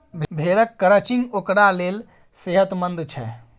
भेड़क क्रचिंग ओकरा लेल सेहतमंद छै